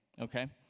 okay